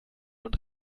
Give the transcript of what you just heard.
und